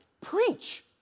preach